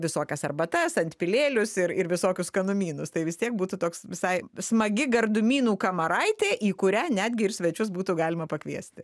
visokias arbatas antpilėlius ir ir visokius skanumynus tai vis tiek būtų toks visai smagi gardumynų kamaraitė į kurią netgi ir svečius būtų galima pakviesti